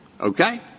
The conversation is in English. Okay